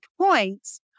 points